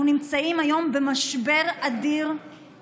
אנחנו נמצאים היום במשבר אדיר, תודה.